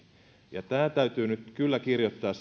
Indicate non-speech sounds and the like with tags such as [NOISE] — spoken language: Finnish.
sinne lakiin täytyy kyllä kirjoittaa [UNINTELLIGIBLE]